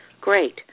Great